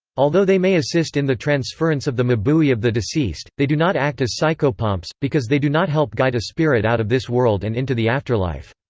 although they may assist in the transference of the mabui of the deceased, they do not act as psychopomps, because they do not help guide a spirit out of this world and into the afterlife.